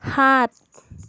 সাত